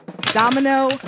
Domino